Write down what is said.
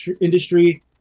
industry